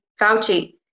Fauci